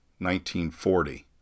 1940